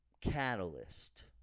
catalyst